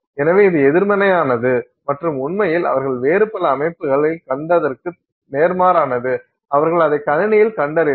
எனவே இது எதிர்மறையானது மற்றும் உண்மையில் அவர்கள் வேறு பல அமைப்புகளில் கண்டதற்கு நேர்மாறானது அவர்கள் அதை கணினியில் கண்டறிந்தனர்